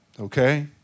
Okay